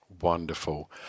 Wonderful